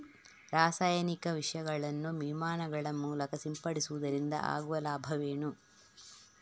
ರಾಸಾಯನಿಕ ವಿಷಗಳನ್ನು ವಿಮಾನಗಳ ಮೂಲಕ ಸಿಂಪಡಿಸುವುದರಿಂದ ಆಗುವ ಲಾಭವೇನು?